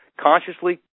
consciously